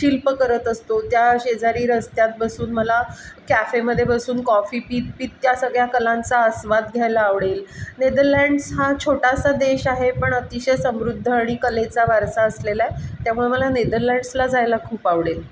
शिल्प करत असतो त्या शेजारी रस्त्यात बसून मला कॅफेमध्ये बसून कॉफी पित पित त्या सगळ्या कलांचा आस्वाद घ्यायला आवडेल नेदरलँड्स हा छोटासा देश आहे पण अतिशय समृद्ध आणि कलेचा वारसा असलेला आहे त्यामुळे मला नेदरलँड्सला जायला खूप आवडेल